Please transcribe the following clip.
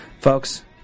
folks